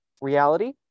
reality